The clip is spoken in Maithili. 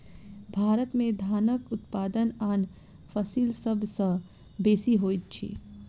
भारत में धानक उत्पादन आन फसिल सभ सॅ बेसी होइत अछि